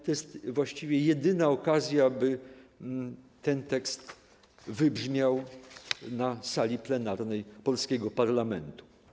To jest właściwie jedyna okazja, by ten tekst wybrzmiał na sali plenarnej polskiego parlamentu.